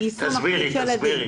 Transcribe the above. תסבירי.